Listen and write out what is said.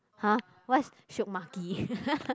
!huh! what's Shiok-Maki